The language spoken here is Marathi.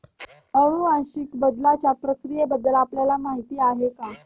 अनुवांशिक बदलाच्या प्रक्रियेबद्दल आपल्याला माहिती आहे का?